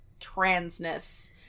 transness